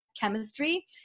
chemistry